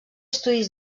estudis